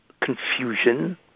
confusion